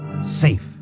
Safe